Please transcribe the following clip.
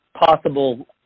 possible